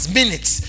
minutes